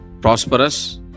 prosperous